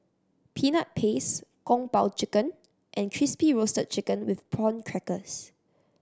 Peanut Paste Kung Po Chicken and Crispy Roasted Chicken with Prawn Crackers